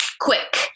quick